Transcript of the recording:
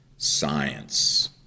science